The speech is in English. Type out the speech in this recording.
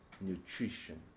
nutrition